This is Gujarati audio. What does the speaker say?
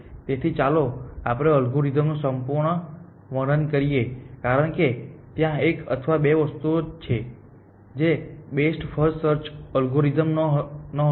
તેથી ચાલો આપણે અલ્ગોરિધમનું સંપૂર્ણ વર્ણન કરીએ કારણ કે ત્યાં એક અથવા બે વસ્તુઓ છે જે બેસ્ટ ફર્સ્ટ સર્ચ એલ્ગોરિધમમાં નહોતી